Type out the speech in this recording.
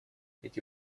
эти